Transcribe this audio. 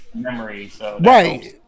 right